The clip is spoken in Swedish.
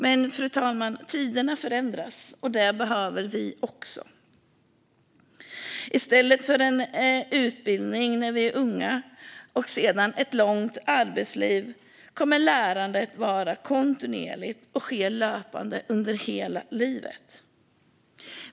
Men, fru talman, tiderna förändras, och det behöver vi också. I stället för en utbildning när vi är unga och sedan ett långt arbetsliv kommer lärandet att vara kontinuerligt och ske löpande under hela livet.